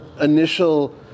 initial